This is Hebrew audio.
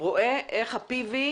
רואה איך ה-פי.וי.